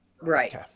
Right